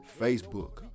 Facebook